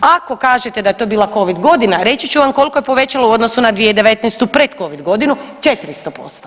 Ako kažete da je to bila covid godina reći ću vam koliko je povećalo u odnosu na 2019. pred covid godinu 400%